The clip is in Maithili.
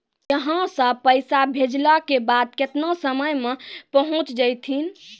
यहां सा पैसा भेजलो के बाद केतना समय मे पहुंच जैतीन?